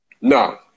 No